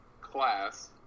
class